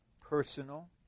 personal